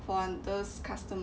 for those customers